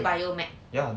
那个是 bio med